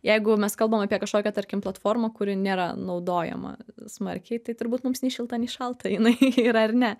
jeigu mes kalbam apie kažkokią tarkim platformą kuri nėra naudojama smarkiai tai turbūt mums nei šilta nei šalta jinai yra ar ne